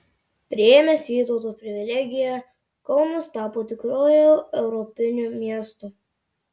priėmęs vytauto privilegiją kaunas tapo tikru europiniu miestu